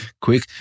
Quick